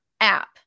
app